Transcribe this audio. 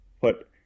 put